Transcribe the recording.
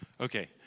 Okay